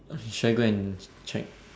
should I go and check